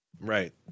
Right